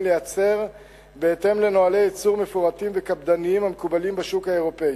לייצר בהתאם לנוהלי ייצור מפורטים וקפדניים המקובלים בשוק האירופי,